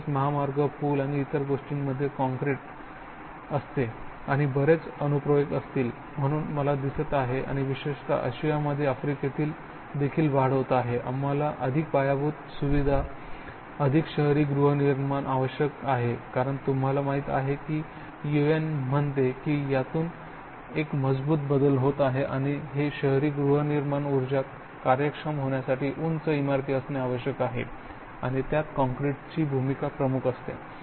तसेच महामार्ग पूल आणि इतर गोष्टींमध्ये काँक्रीट असेल आणि त्याचे बरेच अनुप्रयोग असतील म्हणून मला दिसत आहे आणि विशेषत आशियामध्ये आणि आफ्रिकेत देखील वाढ होत आहे आम्हाला अधिक पायाभूत सुविधा अधिक शहरी गृहनिर्माण आवश्यक आहे कारण तुम्हाला माहित आहे की UN म्हणते की यातून एक मजबूत बदल होत आहे आणि हे शहरी गृहनिर्माण ऊर्जा कार्यक्षम होण्यासाठी उंच इमारती असणे आवश्यक आहे आणि त्यात काँक्रीटची भूमिका प्रमुख असेल